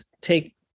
take